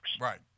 Right